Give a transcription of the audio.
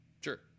sure